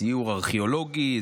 סיור ארכיאולוגי,